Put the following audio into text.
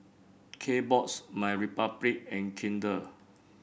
Kbox MyRepublic and Kinder